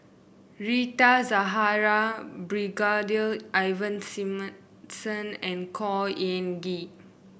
Rita Zahara Brigadier Ivan Simson and Khor Ean Ghee